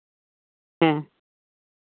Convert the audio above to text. ᱦᱮᱸ